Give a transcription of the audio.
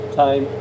time